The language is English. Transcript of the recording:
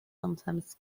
sometimes